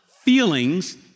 feelings